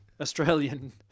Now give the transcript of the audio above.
australian